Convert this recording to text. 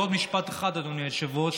ועוד משפט אחד, אדוני היושב-ראש: